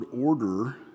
order